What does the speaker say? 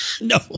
no